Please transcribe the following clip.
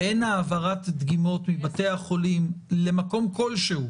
שאין העברת דגימות מבתי החולים למקום כלשהו